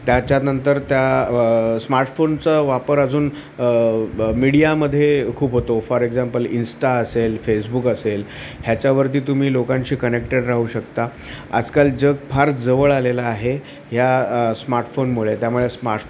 त्याच्यानंतर त्या स्मार्टफोनचा वापर अजून ब मीडियामध्ये खूप होतो फॉर एक्झाम्पल इंस्टा असेल फेसबुक असेल ह्याच्यावरती तुम्ही लोकांशी कनेक्टेड राहू शकता आजकाल जग फार जवळ आलेलं आहे ह्या स्मार्टफोनमुळे त्यामुळे स्मार्ट